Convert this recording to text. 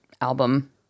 album